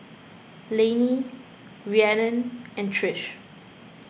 Lainey Rhiannon and Trish